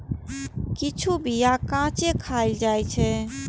किछु बीया कांचे खाएल जाइ छै